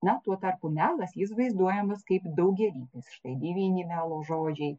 na tuo tarpu melas jis vaizduojamas kaip daugialypis štai devyni melo žodžiai